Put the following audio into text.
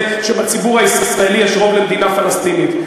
שבציבור הישראלי יש רוב למדינה פלסטינית.